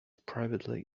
privately